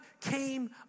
came